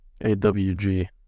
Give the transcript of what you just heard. A-W-G